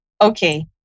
Okay